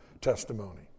testimony